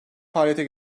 faaliyete